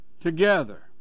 together